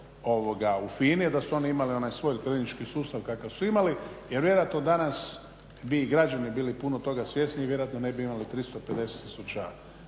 u FINA-i, a da su one imale onaj svoj klinički sustav kakav su imali jer vjerojatno danas bi i građani bili puno toga svjesniji, vjerojatno ne bi imali 350 000